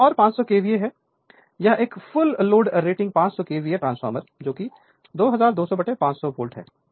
Refer Slide Time 0855 एक और 500 KVA है यह एक full load rating 500 KVA transformer 2200 500 volt है